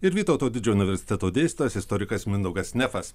ir vytauto didžiojo universiteto dėstytojas istorikas mindaugas nefas